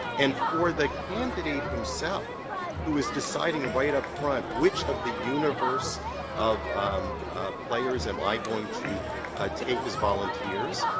and for the candidate himself who is deciding right upfront which of the universe of players am i going to take as volunteers,